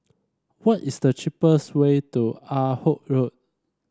what is the cheapest way to Ah Hood Road